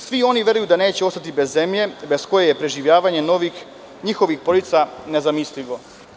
Svi oni veruju da neće ostati bez zemlje bez koje je preživljavanje mnogih i njihovih porodica nezamislivo.